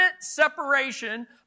separation